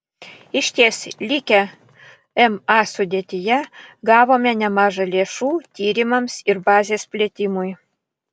išties likę ma sudėtyje gavome nemaža lėšų tyrimams ir bazės plėtimui